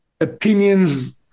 opinions